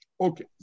Okay